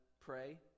pray